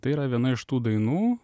tai yra viena iš tų dainų